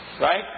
right